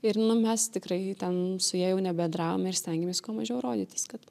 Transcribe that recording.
ir nu mes tikrai ten su ja jau nebendravome ir stengėmės kuo mažiau rodytis kad